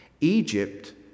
Egypt